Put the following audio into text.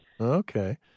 Okay